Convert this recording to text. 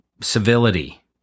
civility